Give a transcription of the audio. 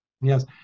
yes